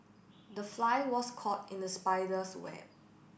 the fly was caught in the spider's web